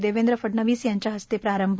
देवेंद्र फडणवीस यांच्या हस्ते प्रारंभ